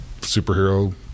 superhero